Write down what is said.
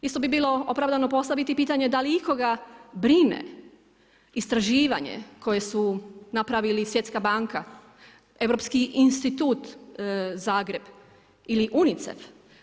Isto bi bilo opravdano postaviti pitanje ikoga brine istraživanje koje su napravili Svjetska banka, Europski institut Zagreb ili UNICEF?